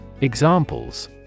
Examples